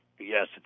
Yes